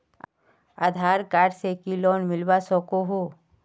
आधार card से की loan मिलवा सकोहो?